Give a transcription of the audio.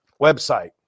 website